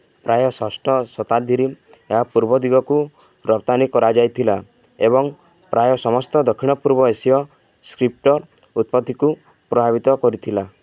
ପ୍ରାୟ ଷଷ୍ଠ ଶତାବ୍ଦୀରେ ଏହା ପୂର୍ବ ଦିଗକୁ ରପ୍ତାନି କରାଯାଇଥିଲା ଏବଂ ପ୍ରାୟ ସମସ୍ତ ଦକ୍ଷିଣ ପୂର୍ବ ଏସୀୟ ସ୍କ୍ରିପ୍ଟର୍ ଉତ୍ପତ୍ତିକୁ ପ୍ରଭାବିତ କରିଥିଲା